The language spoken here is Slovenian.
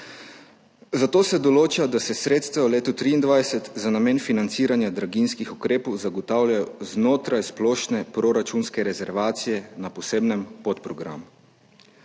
Zato se določa, da se sredstva v letu 2023 za namen financiranja draginjskih ukrepov zagotavljajo znotraj splošne proračunske rezervacije na posebnem podprogramu.